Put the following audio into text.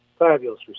fabulous